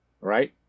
Right